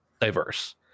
diverse